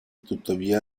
tuttavia